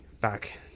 back